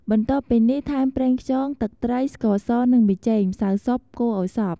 បន្ទាប់់ពីនេះ ថែមប្រេងខ្យង ទឹកត្រី ស្ករស និងប៊ីចេង ម្សៅស៊ុប កូរឱ្យសព្វ។